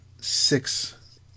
six